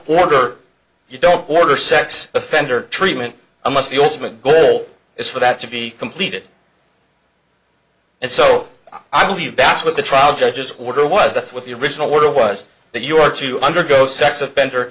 don't order you don't order sex offender treatment unless the ultimate goal is for that to be completed and so i believe that's what the trial judge's order was that's what the original order was that you are to undergo sex offender